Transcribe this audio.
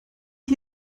ich